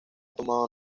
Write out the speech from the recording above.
tomado